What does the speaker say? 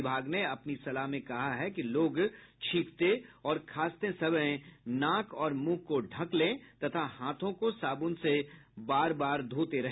विभाग ने अपनी सलाह में कहा है कि लोग छींकते और खांसते समय नाक और मुंह को ढ़क कर रखे तथा हाथों को साबुन से धोते रहे